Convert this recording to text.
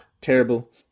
terrible